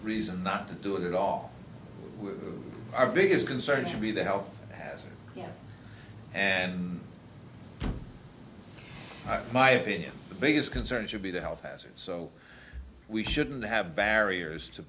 reason not to do it all with our biggest concern should be the health hazard and my opinion the biggest concern should be the health hazard so we shouldn't have barriers to